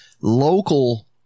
local